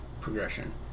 progression